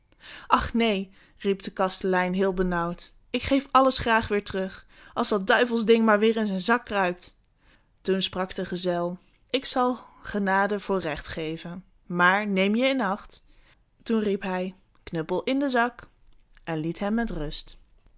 ach neen riep de kastelein heel benauwd ik geef alles graag weêr terug als dat duivelsding maar weêr in zijn zak kruipt toen sprak de gezel ik zal genade voor recht geven maar neem je in acht toen riep hij knuppel in de zak en liet hem met rust